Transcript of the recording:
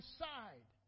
side